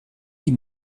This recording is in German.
die